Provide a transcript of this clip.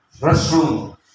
restroom